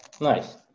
nice